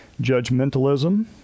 judgmentalism